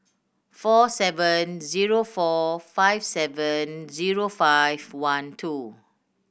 four seven zero four five seven zero five one two